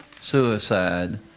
suicide